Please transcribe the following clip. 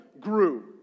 grew